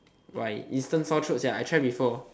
why instant sore throat sia I try before